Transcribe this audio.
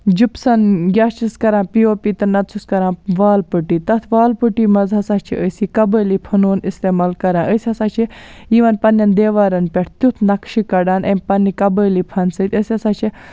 gypsum یا چھِس کران پی او پی نتہٕ چھِس کَران وال پُٹی تَتھ وال پُٹی منٛز ہسا چھِ أسۍ یہِ قبٲیلی فنوٗن اِستِعمال کَران أسۍ ہسا چھِ یِمن پَننٮ۪ن دیوارَن پٮ۪ٹھ تِیُتھ نقشہٕ کَڑان امہِ پننہِ قبٲیلی فنہٕ سۭتۍ أسۍ ہسا چھِ